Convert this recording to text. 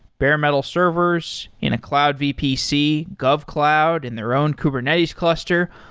bare metal servers in a cloud vpc, govcloud and their own kubernetes cluster,